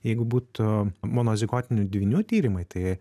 jeigu būtų monozigotinių dvynių tyrimai tai